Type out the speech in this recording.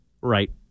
Right